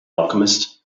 alchemist